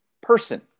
person